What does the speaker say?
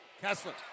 Kessler